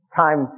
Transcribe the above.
time